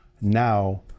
Now